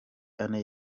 ane